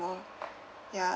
ya